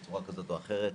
בצורה כזאת או אחרת.